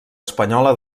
espanyola